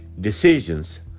decisions